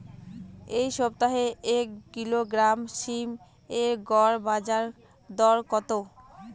এই সপ্তাহে এক কিলোগ্রাম সীম এর গড় বাজার দর কত?